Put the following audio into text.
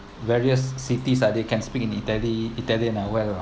various cities like they can speak in italy italian ah